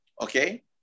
Okay